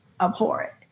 abhorrent